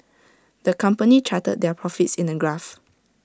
the company charted their profits in A graph